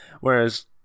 Whereas